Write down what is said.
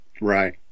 Right